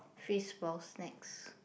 fishballs snacks